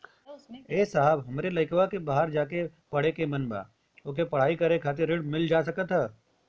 ए साहब हमरे लईकवा के बहरे जाके पढ़े क मन बा ओके पढ़ाई करे खातिर ऋण मिल जा सकत ह?